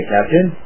Captain